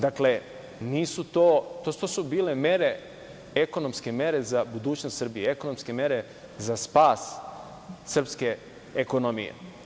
Dakle, to su bile ekonomske mere za budućnost Srbije, ekonomske mere za spas srpske ekonomije.